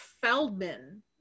feldman